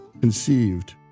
conceived